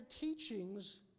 teachings